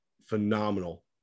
phenomenal